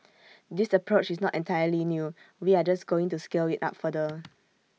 this approach is not entirely new we are just going to scale IT up further